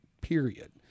period